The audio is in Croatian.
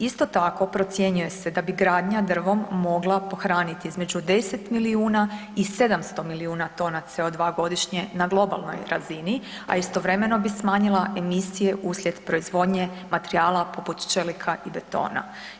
Isto tako, procjenjuje se da bi gradnja drvom mogla pohraniti između 10 milijuna i 700 milijuna tona CO2 godišnje na globalnoj razini, a istovremeno bi smanjila emisije uslijed proizvodnje materijala poput čelika i betona.